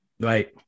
Right